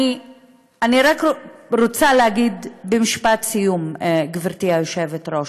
אני רק רוצה להגיד במשפט סיום, גברתי היושבת-ראש,